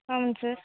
అవును సార్